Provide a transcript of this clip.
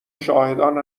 شاهدان